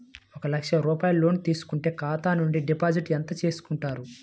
ఒక లక్ష రూపాయలు లోన్ తీసుకుంటే ఖాతా నుండి డిపాజిట్ ఎంత చేసుకుంటారు?